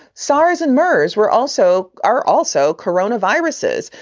saras and murs were also are also corona viruses.